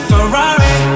Ferrari